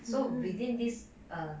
so within this er